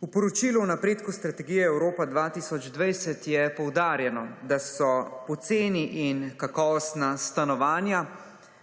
V poročilu o napredku strategije Evropa 2020, je poudarjeno, da so poceni in kakovostna stanovanja